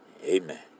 Amen